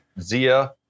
Zia